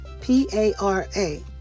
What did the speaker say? P-A-R-A